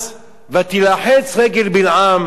ותילחץ רגל בלעם אל הקיר,